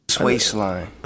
waistline